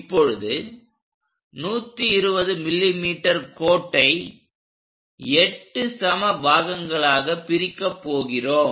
இப்போது 120 mm கோட்டை 8 சம பாகங்களாக பிரிக்கப் போகிறோம்